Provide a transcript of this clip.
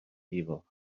evil